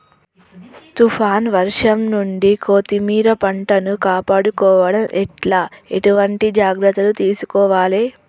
తుఫాన్ వర్షం నుండి కొత్తిమీర పంటను కాపాడుకోవడం ఎట్ల ఎటువంటి జాగ్రత్తలు తీసుకోవాలే?